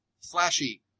flashy